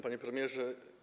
Panie Premierze!